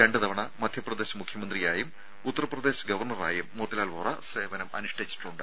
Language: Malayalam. രണ്ട് തവണ മധ്യപ്രദേശ് മുഖ്യമന്ത്രിയായും ഉത്തർപ്രദേശ് ഗവർണറായും മോത്തിലാൽ വോറ സേവനം അനുഷ്ഠിച്ചിട്ടുണ്ട്